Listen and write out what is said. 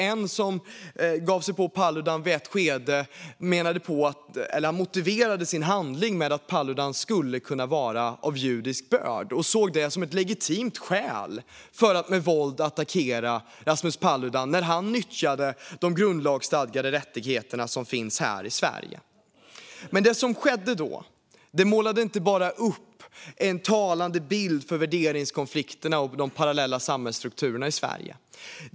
En som i ett skede gav sig på Paludan motiverade sin handling med att Paludan skulle kunna vara av judisk börd och såg detta som ett legitimt skäl att med våld attackera Rasmus Paludan när han nyttjade de grundlagsstadgade rättigheter som gäller här i Sverige. Men det som skedde då målade inte bara upp en talande bild av värderingskonflikterna och de parallella samhällsstrukturerna i Sverige.